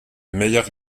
meilleur